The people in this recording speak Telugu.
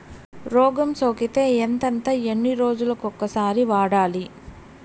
రోగం సోకితే ఎంతెంత ఎన్ని రోజులు కొక సారి వాడాలి?